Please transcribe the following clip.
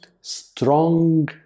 strong